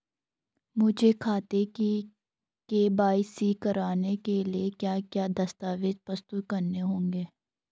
मुझे खाते की के.वाई.सी करवाने के लिए क्या क्या दस्तावेज़ प्रस्तुत करने होंगे?